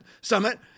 summit